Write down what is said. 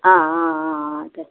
आं आं आं